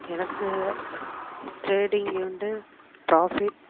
எனக்கு ட்ரேடிங்கிலிருந்து ப்ராஃபிட்